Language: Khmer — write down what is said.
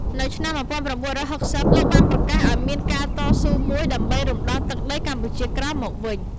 នៅឆ្នាំ ១៩៦០ លោកបានប្រកាសឱ្យមានការតស៊ូមួយ ដើម្បីរំដោះទឹកដីកម្ពុជាក្រោមមកវិញ ។